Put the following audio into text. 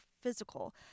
physical